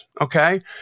Okay